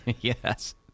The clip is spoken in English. Yes